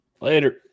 Later